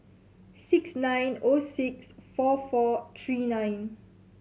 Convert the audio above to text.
six nine O six four four three nine